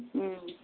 उम